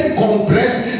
compressed